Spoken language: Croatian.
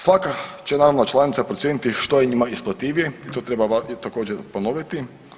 Svaka će naravno članica procijeniti što je njima isplativije i to treba također ponoviti.